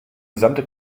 gesamte